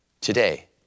today